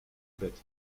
bed